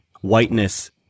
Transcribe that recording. whiteness